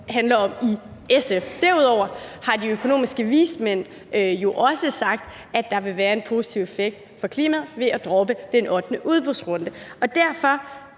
handler om for SF. Derudover har de økonomiske vismænd jo også sagt, at der vil være en positiv effekt for klimaet ved at droppe den ottende udbudsrunde. Så når